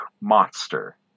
monster